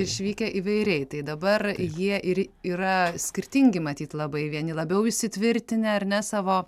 išvykę įvairiai tai dabar jie ir yra skirtingi matyt labai vieni labiau įsitvirtinę ar ne savo